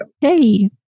Hey